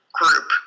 group